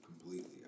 completely